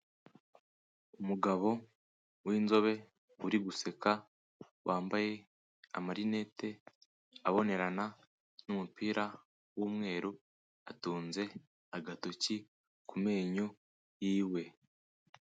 Umugabo w'inzobe uri guseka wambaye amarinete abonerana n'umupira w'umweru atunze agatoki ku menyo yiwe.